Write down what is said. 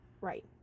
right